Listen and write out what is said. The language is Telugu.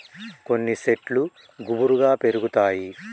కొన్ని శెట్లు గుబురుగా పెరుగుతాయి